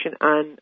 on